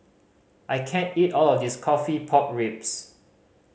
I can't eat all of this coffee pork ribs